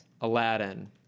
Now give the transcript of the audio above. Aladdin